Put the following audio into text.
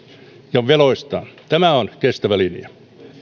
ja veloistaan tämä on kestävä linja